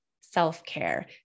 self-care